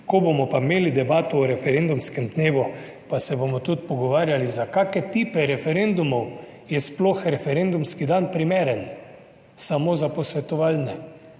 Ko bomo pa imeli debato o referendumskem dnevu, pa se bomo tudi pogovarjali za kakšne tipe referendumov je sploh referendumski dan primeren. Samo za posvetovalne,